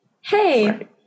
Hey